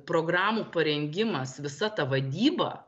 programų parengimas visa ta vadyba